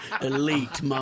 Elite